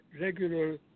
regular